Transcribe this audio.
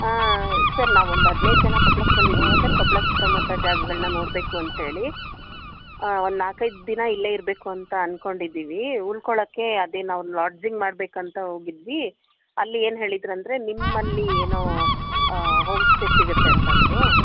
ಹಾಂ ಸರ್ ನಾವು ಒಂದು ಹದಿನೈದು ಜನ ಕೊಪ್ಳಕ್ಕೆ ಬಂದ್ದಿದಿವಿ ಸರ್ ಕೊಪ್ಪಳ ಸುತ್ತ ಮುತ್ತ ಜಾಗಗಳನ್ನ ನೋಡಬೇಕು ಅಂತೇಳಿ ಒಂದು ನಾಲ್ಕು ಐದು ದಿನ ಇಲ್ಲೇ ಇರಬೇಕು ಅಂತ ಅಂದ್ಕೊಂಡಿದ್ದೀವಿ ಉಳ್ಕೊಳಕ್ಕೆ ಅದೆ ನಾವು ಲಾಡ್ಜಿಂಗ್ ಮಾಡಬೇಕಂತ ಹೋಗಿದ್ವಿ ಅಲ್ಲಿ ಏನು ಹೇಳಿದ್ರು ಅಂದರೆ ನಿಮ್ಮಲ್ಲಿ ಏನೋ ಹೋಮ್ ಸ್ಟೇ ಸಿಗುತ್ತೆ ಅಂತಂದರು